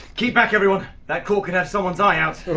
keep back everyone! that cork could have somebody's eye out!